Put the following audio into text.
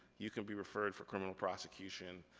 you can be referred for criminal prosecution.